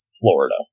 Florida